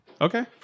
Okay